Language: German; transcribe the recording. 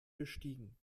gestiegen